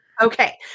Okay